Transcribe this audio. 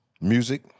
Music